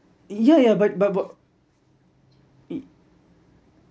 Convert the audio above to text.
yeah yeah but but but it